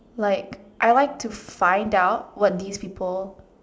like I like to find out what these people